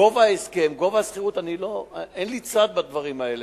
גובה ההסכם, גובה השכירות, אין לי צד בדברים האלה.